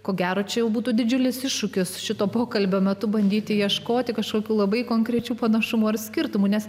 ko gero čia būtų didžiulis iššūkis šito pokalbio metu bandyti ieškoti kažkokių labai konkrečių panašumų ar skirtumų nes